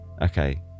Okay